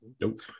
nope